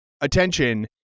attention